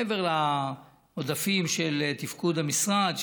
מעבר לעודפים של תפקוד המשרד,